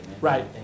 Right